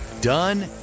Done